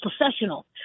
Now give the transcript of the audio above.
professional